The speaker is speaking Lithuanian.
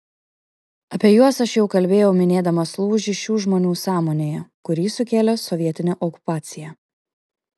apie juos aš jau kalbėjau minėdamas lūžį šių žmonių sąmonėje kurį sukėlė sovietinė okupacija